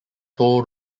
hold